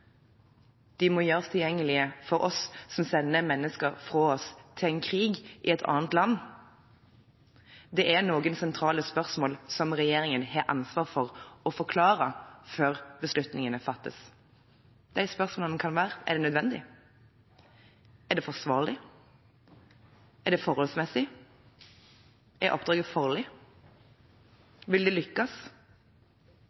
De må gjøres tilgjengelige for oss som sender mennesker fra oss til en krig i et annet land. Det er noen sentrale spørsmål som regjeringen har ansvar for å forklare før beslutningene fattes. De spørsmålene kan være: Er det nødvendig? Er det forsvarlig? Er det forholdsmessig? Er oppdraget farlig?